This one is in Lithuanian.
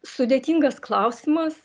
sudėtingas klausimas